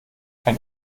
ein